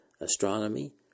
astronomy